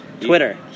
Twitter